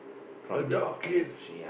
adult kids